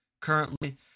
currently